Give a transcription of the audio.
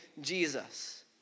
Jesus